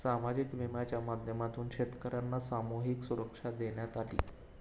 सामाजिक विम्याच्या माध्यमातून शेतकर्यांना सामूहिक सुरक्षा देण्यात आली